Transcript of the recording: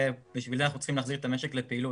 בשביל זה אנחנו צריכים להחזיק את המשק לפעילות.